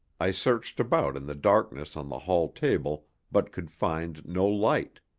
i searched about in the darkness on the hall table, but could find no light.